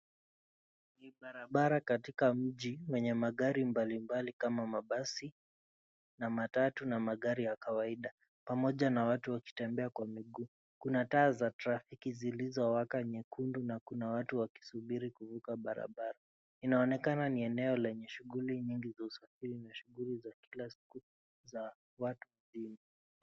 Barabara katika mji yenye magari mbalimbali kama mabasi, matatu na magari ya kawaida pamoja na watu wakitembea kwa miguu. Kuna taa za trafiki zilizo waka nyekundu na kuna watu waki vuka barabara. Ina onekana ni eneo lenye shughuli nyingi za usafiri na shughuli za kila siku za watu wengi.